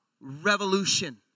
Revolution